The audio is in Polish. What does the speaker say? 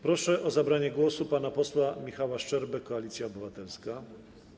Proszę o zabranie głosu pana posła Michała Szczerbę, Koalicja Obywatelska.